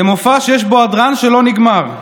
זה מופע שיש בו הדרן שלא נגמר.